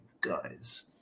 Guys